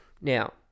Now